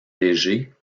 légers